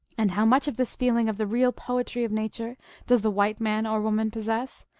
and how much of this feeling of the real poetry of nature does the white man or woman possess,